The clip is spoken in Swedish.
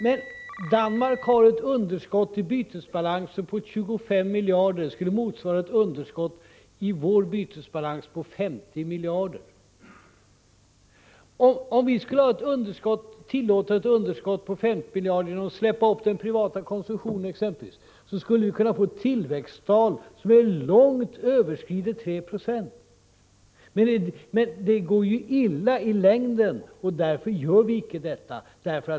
Men Danmark har ett underskott i bytesbalansen på 25 miljarder. Det skulle motsvara ett underskott i vår bytesbalans på 50 miljarder. Om vi skulle tillåta ett underskott på 50 miljarder, genom att släppa upp den privata konsumtionen exempelvis, skulle vi kunna få ett tillväxttal som långt överskrider 3 76. Men det går illa i längden, och därför gör vi icke detta.